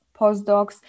postdocs